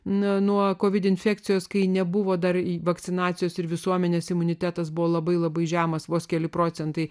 nuo covid infekcijos kai nebuvo dar į vakcinacijos ir visuomenės imunitetas buvo labai labai žemas vos keli procentai